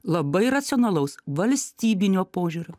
labai racionalaus valstybinio požiūrio